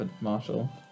Marshall